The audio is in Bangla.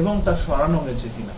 এবং তা সরানো হয়েছে কিনা